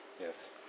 Yes